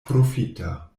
profita